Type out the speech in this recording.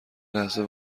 لحظه